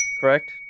Correct